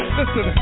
Listen